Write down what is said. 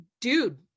Dude